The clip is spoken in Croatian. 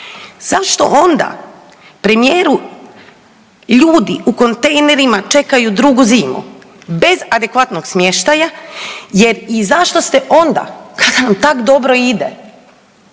Zašto onda premijeru ljudi u kontejnerima čekaju drugu zimu bez adekvatnog smještaja i zašto ste onda kada vam tak dobro ide